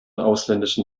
ausländischen